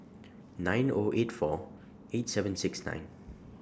nine O eight four eight seven six nine